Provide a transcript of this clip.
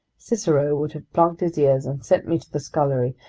cicero would have plugged his ears and sent me to the scullery,